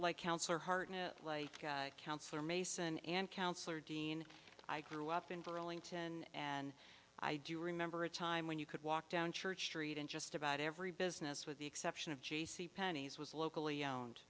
hartnett like councillor mason and councillor dean i grew up in burlington and i do remember a time when you could walk down church street and just about every business with the exception of j c penney's was locally owned